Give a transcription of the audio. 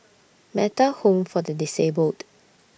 Metta Home For The Disabled